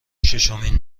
شیشمین